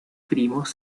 primos